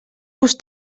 vos